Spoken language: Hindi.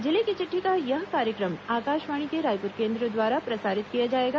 जिले की चिट्ठी का यह कार्य क्र म आकाशवाणी के रायपुर केंद्र द्वारा प्रसारित किया जाएगा